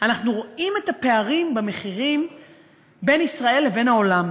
אנחנו רואים את הפערים במחירים בין ישראל לבין העולם.